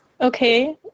Okay